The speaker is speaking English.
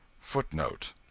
Footnote